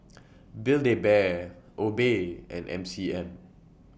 Build A Bear Obey and M C M